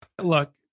look